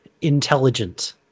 intelligent